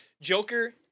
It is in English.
Joker